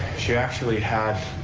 she actually had